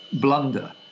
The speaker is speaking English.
blunder